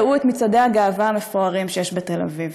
ראו את מצעדי הגאווה המפוארים שיש בתל אביב.